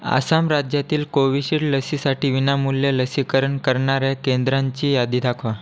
आसाम राज्यातील कोविशिल्ड लसीसाठी विनामूल्य लसीकरण करणाऱ्या केंद्रांची यादी दाखवा